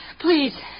Please